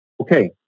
Okay